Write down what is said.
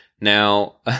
Now